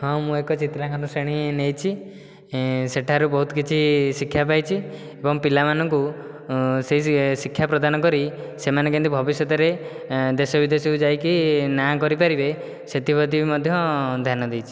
ହଁ ମୁଁ ଏକ ଚିତ୍ରାଙ୍କନ ଶ୍ରେଣୀ ନେଇଛି ସେଠାରୁ ବହୁତ କିଛି ଶିକ୍ଷା ପାଇଛି ଏବଂ ପିଲାମାନଙ୍କୁ ସେହି ଶିକ୍ଷା ପ୍ରଦାନ କରି ସେମାନେ କେମିତି ଭବିଷ୍ୟତରେ ଏଁ ଦେଶ ବିଦେଶକୁ ଯାଇକି ନାଁ କରିପାରିବେ ସେଥିପ୍ରତି ମଧ୍ୟ ଧ୍ୟାନ ଦେଇଛି